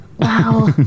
Wow